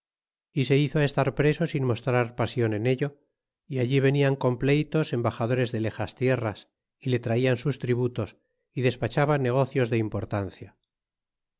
y se hizo estar preso sin mostrar pasion en ello y allí venían con pleytos embaxadores de tejas tierras y le traian sus tributos y despachaba negocios de importancia